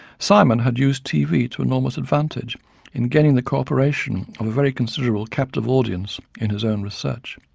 simon had used tv to enormous advantage in gaining the co-operation of a very considerable captive audience in his own research.